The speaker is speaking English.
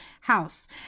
house